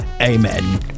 Amen